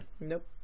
Nope